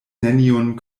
neniun